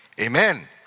Amen